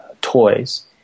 toys